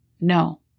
no